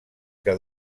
que